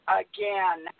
again